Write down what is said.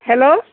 hello